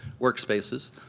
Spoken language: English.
workspaces